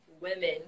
women